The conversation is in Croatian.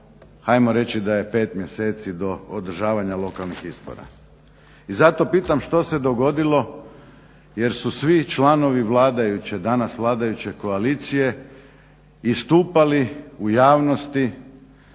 ajmo reći da je 5 mjeseci do održavanja lokalnih izbora i zato pitam što se dogodilo jer su svi članovi vladajuće danas vladajuće koalicije istupali u javnosti,